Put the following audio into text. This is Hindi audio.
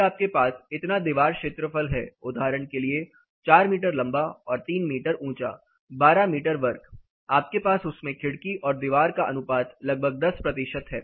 फिर आपके पास इतना दीवार क्षेत्रफल है उदाहरण के लिए 4 मीटर लंबा और 3 मीटर ऊँचा 12 मीटर वर्ग आपके पास उसमें खिड़की और दीवार का अनुपात लगभग 10 प्रतिशत है